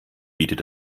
bietet